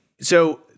So-